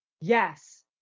yes